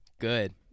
Good